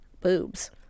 Boobs